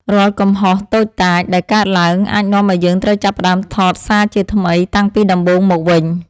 រាល់កំហុសតូចតាចដែលកើតឡើងអាចនាំឱ្យយើងត្រូវចាប់ផ្តើមថតសារជាថ្មីតាំងពីដំបូងមកវិញ។